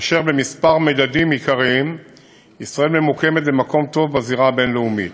ובכמה מדדים עיקריים ישראל ממוקמת במקום טוב בזירה הבין-לאומית.